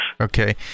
Okay